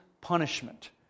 punishment